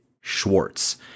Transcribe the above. Schwartz